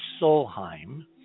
Solheim